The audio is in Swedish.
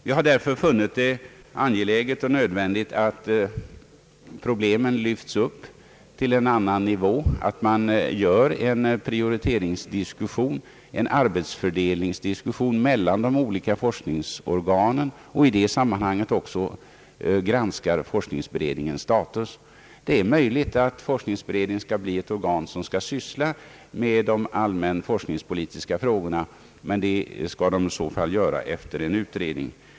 Jag har därför funnit det angeläget och nödvändigt att problemen lyfts upp till en annan nivå och att det sker en prioriteringsdiskussion, en diskussion om arbetsfördelningen mellan de olika forskningsorganen och att forskningsberedningens status i detta sammanhang granskas. Det är möjligt att forskningsberedningen skall bli ett organ, som skall syssla med de allmänforskningspolitiska frågorna, men det skall beredningen i så fall göra efter en utredning.